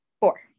Four